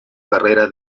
carrera